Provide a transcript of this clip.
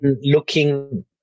looking